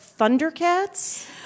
Thundercats